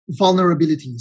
vulnerabilities